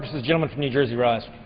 the gentleman from new jersey rise?